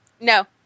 No